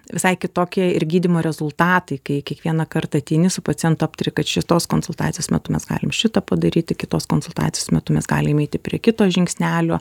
visai kitokie ir gydymo rezultatai kai kiekvieną kartą ateini su pacientu aptari kad šitos konsultacijos metu mes galim šitą padaryti kitos konsultacijos metu mes galim eiti prie kito žingsnelio